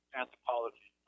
anthropology